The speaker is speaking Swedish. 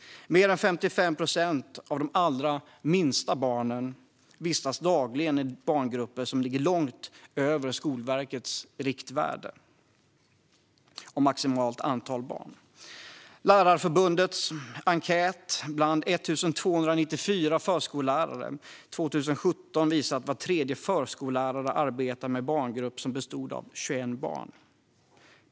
Mer än 55 procent av de allra minsta barnen vistas dagligen i barngrupper som ligger långt över Skolverkets riktmärke om maximalt antal barn. Lärarförbundets enkät bland 1 294 förskollärare 2017 visar att var tredje förskollärare arbetar med en barngrupp som består av 21 barn.